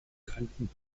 kanten